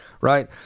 Right